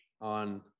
on